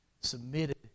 submitted